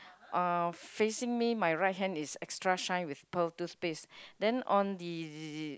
uh facing me my right hand is extra shine with pearl toothpaste then on the